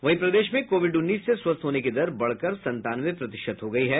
वहीं प्रदेश में कोविड उन्नीस से स्वस्थ होने की दर बढ़कर संतानवे प्रतिशत हो गयी है